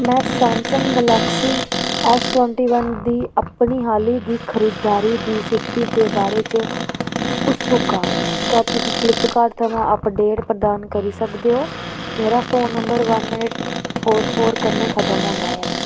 में Samsung Galaxy S twenty one दी अपनी हाली दी खरीदारी दी स्थिति दे बारै च उत्सुक आं क्या तुस फ्लिपकार्ट थमां अपडेट प्रदान करी सकदे ओ मेरा phone number one eight four four कन्नै खत्म होंदा ऐ